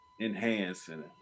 enhancing